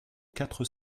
quatre